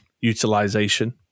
utilization